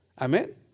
Amen